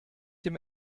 dem